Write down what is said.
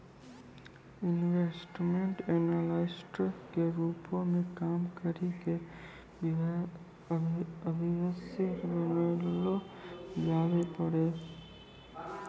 investment analyst के रूपो मे काम करि के भविष्य बनैलो जाबै पाड़ै